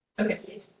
Okay